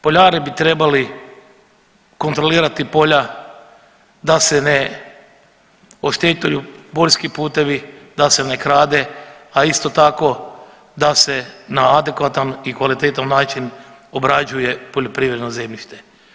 Poljari bi trebali kontrolirati polja da se ne oštetuju poljski putevi, da se ne krade, a isto tako da se na adekvatan i kvalitetan način obrađuje poljoprivredno zemljište.